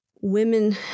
women